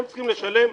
הם צריכים לשלם.